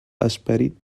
esperit